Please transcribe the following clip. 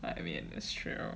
I mean it's true